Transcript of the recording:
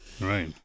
right